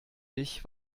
dich